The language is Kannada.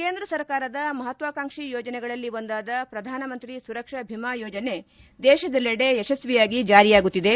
ಕೇಂದ್ರ ಸರ್ಕಾರದ ಮಹಾತ್ವಾಕಾಂಕ್ಷಿ ಯೋಜನೆಗಳಲ್ಲಿ ಒಂದಾದ ಪ್ರಧಾನಮಂತ್ರಿ ಸುರಕ್ಷಾ ಭಿಮಾ ಯೋಜನೆ ದೇಶದಲ್ಲೆಡೆ ಯಶಸ್ವಿಯಾಗಿ ಜಾರಿಯಾಗುತ್ತಿದೆ